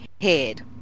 head